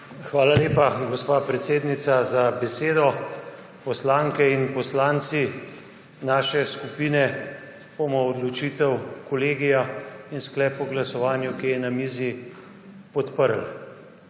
Hvala lepa, gospa predsednica, za besedo. Poslanke in poslanci naše skupine bomo odločitev kolegija in sklep o glasovanju, ki je na mizi, podprli.